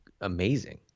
amazing